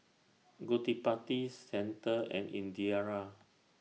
Gottipati Santha and Indira